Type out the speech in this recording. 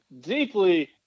deeply